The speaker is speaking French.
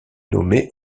nommée